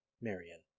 Marion